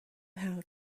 how